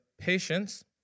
patience